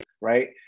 right